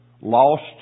lost